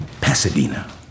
Pasadena